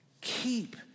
Keep